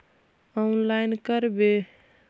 Online करवे?